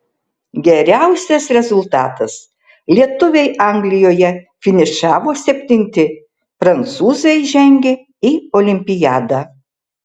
geriausias rezultatas lietuviai anglijoje finišavo septinti prancūzai žengė į olimpiadą